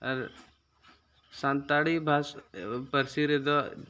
ᱟᱨ ᱥᱟᱱᱛᱟᱲᱤ ᱯᱟᱹᱨᱥᱤ ᱨᱮᱫᱚ